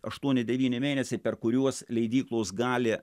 aštuoni devyni mėnesiai per kuriuos leidyklos gali